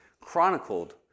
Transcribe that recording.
chronicled